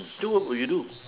so what will you do